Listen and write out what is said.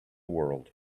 world